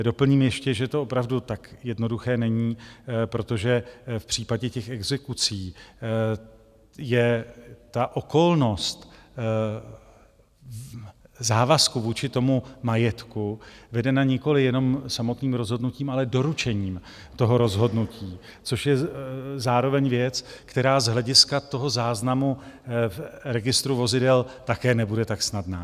Doplním ještě, že to opravdu tak jednoduché není, protože v případě exekucí je okolnost závazku vůči majetku vedena nikoliv jenom samotným rozhodnutím, ale doručením rozhodnutí, což je zároveň věc, která z hlediska záznamu registru vozidel také nebude tak snadná.